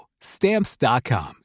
Stamps.com